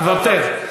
מוותר.